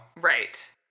right